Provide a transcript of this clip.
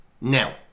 now